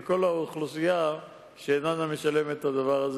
ועל כל האוכלוסייה שאינה משלמת את זה,